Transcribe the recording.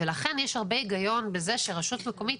ולכן יש הרבה היגיון בזה שרשות מקומית